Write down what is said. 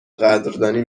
قدردانی